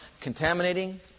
contaminating